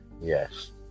Yes